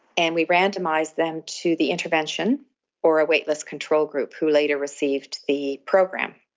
and we randomised them to the intervention or a waitlist control group who later received the program.